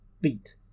beat